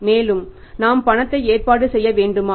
மேலும் நாம் பணத்தை ஏற்பாடு செய்ய வேண்டுமா